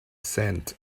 scent